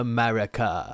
America